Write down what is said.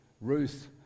Ruth